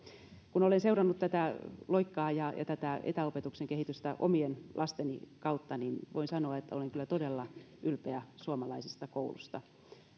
kun olen seurannut tätä loikkaa ja ja tätä etäopetuksen kehitystä omien lasteni kautta niin voin sanoa että olen kyllä todella ylpeä suomalaisesta koulusta